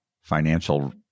financial